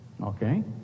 Okay